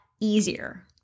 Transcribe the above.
easier